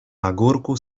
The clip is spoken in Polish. pagórku